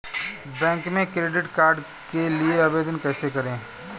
Bank में credit card के लिए आवेदन कैसे करें?